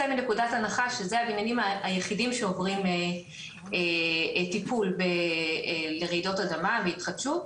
מנקודת הנחה שזה הבניינים היחידים שעוברים טיפול לרעידות אדמה והתחדשות,